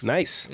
Nice